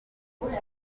kubaha